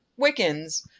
Wiccans